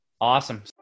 Awesome